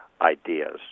ideas